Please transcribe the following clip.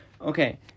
Okay